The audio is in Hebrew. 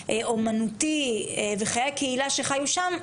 האומנותי וחיי הקהילה שחיו שם,